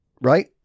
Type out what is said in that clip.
right